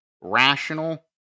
rational